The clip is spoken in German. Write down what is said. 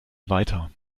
weiter